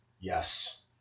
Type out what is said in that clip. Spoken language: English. Yes